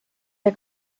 der